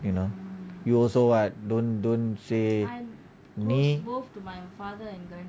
you know you also [what] don't don't say may